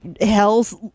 hell's